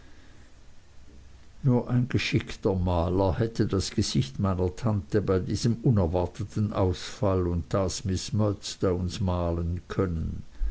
nur ein sehr geschickter maler hätte das gesicht meiner tante bei diesem unerwarteten ausfall und das miß murdstones malen können